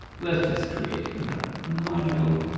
let's just create another module